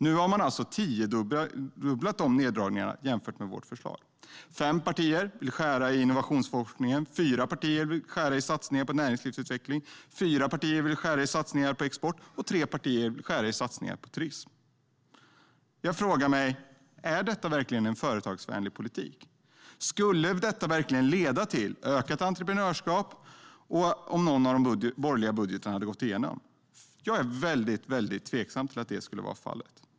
Nu har man alltså tiodubblat de neddragningarna jämfört med vårt förslag. Fem partier vill skära i innovationsforskningen, fyra partier vill skära i satsningarna på näringslivsutveckling, fyra partier vill skära i satsningarna på export och tre partier vill skära i satsningarna på turism. Jag frågar mig: Är detta verkligen en företagsvänlig politik? Skulle det verkligen leda till ökat entreprenörskap om någon av de borgerliga budgetarna skulle gå igenom? Jag är mycket tveksam.